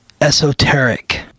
esoteric